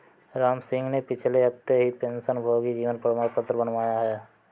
रामसिंह ने पिछले हफ्ते ही पेंशनभोगी जीवन प्रमाण पत्र बनवाया है